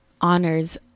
honors